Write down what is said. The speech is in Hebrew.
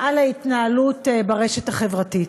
על ההתנהלות ברשת החברתית.